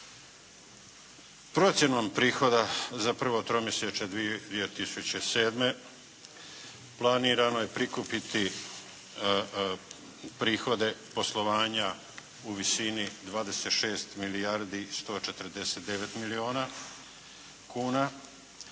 Procjenom prihoda za prvo tromjesečje 2007. planirano je prikupiti prihode poslovanja u visini 26 milijardi 149 milijuna kuna